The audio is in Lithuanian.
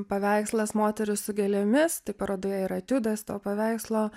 paveikslas moteris su gėlėmis tai parodoje ir etiudas to paveikslo